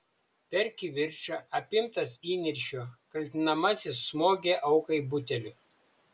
per kivirčą apimtas įniršio kaltinamasis smogė aukai buteliu